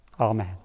amen